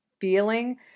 feeling